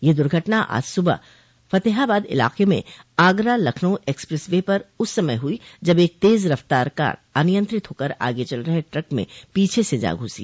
यह दुर्घटना आज सुबह फतेहाबाद इलाके में आगरा लखनऊ एक्सप्रेस वे पर उस समय हुई जब एक तेज़ रफ़्तार कार अनियंत्रित होकर आगे चल रहे ट्रक में पीछे से जा घुसी